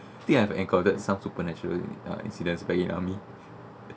I think I have encountered some supernatural uh incidents back in army